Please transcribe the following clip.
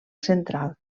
central